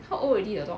how old already the dog